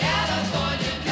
California